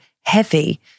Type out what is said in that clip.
heavy